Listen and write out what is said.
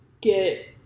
get